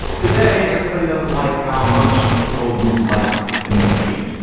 today everybody doesn't like how much people use like in their speech.